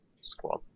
squad